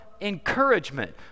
encouragement